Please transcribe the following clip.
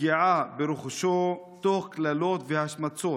ובפגיעה ברכושו, תוך קללות והשמצות.